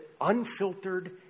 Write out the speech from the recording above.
unfiltered